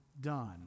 done